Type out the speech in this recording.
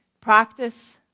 practice